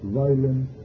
violence